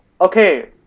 okay